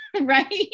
Right